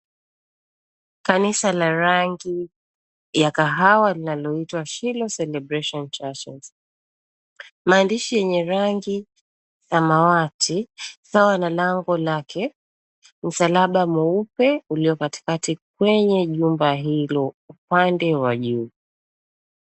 Kanisa la rangi ya kahawa linaloitwa Shilloh celebration churches . Maandishi yenye rangi samawati sawa na lango lake, msalaba mweupe uliokatikati kwenye jumba hilo upande wa juu.